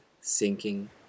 Sinking